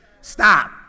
Stop